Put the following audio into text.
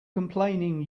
complaining